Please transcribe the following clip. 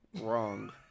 Wrong